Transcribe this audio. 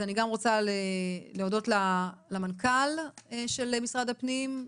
אז אני גם רוצה להודות למנכ"ל של משרד הפנים,